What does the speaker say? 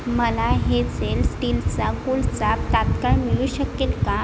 मला हेजेल स्टीलचा गोल चाप तात्काळ मिळू शकेल का